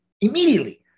immediately